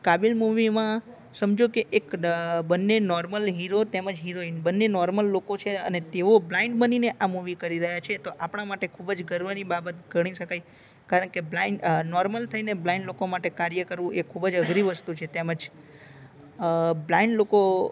કાબીલ મુવીમાં સમજો કે એક બંને નોર્મલ હીરો તેમજ હીરોઈન બંને નોર્મલ લોકો છે અને તેઓ બ્લાઇન્ડ બનીને આ મુવી કરી રહ્યા છે તો આપણા માટે ખૂબ જ ગર્વની બાબત ગણી શકાય કારણકે બ્લાઇન્ડ નોર્મલ થઈને બ્લાઇન્ડ લોકો માટે કાર્ય કરવું એ ખૂબ અઘરી વસ્તુ છે તેમ જ બ્લાઇન્ડ લોકો